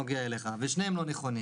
נגיע לסעיף 9 ואז נדבר עליהן.